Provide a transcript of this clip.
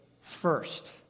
first